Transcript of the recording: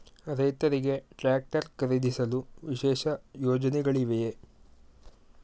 ರೈತರಿಗೆ ಟ್ರಾಕ್ಟರ್ ಖರೀದಿಸಲು ವಿಶೇಷ ಯೋಜನೆಗಳಿವೆಯೇ?